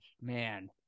Man